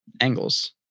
angles